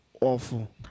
awful